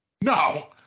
No